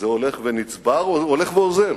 זה הולך ונצבר או הולך ואוזל.